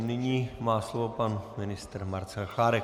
Nyní má slovo pan ministr Marcel Chládek.